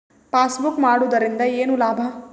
Passbook ಮಾಡುದರಿಂದ ಏನು ಲಾಭ?